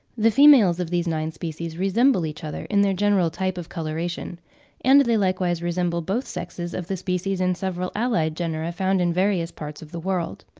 the females of these nine species resemble each other in their general type of coloration and they likewise resemble both sexes of the species in several allied genera found in various parts of the world.